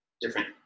different